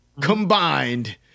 combined